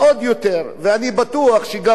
ואני בטוח שגם אני וגם אתה,